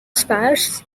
sparse